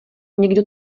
někdo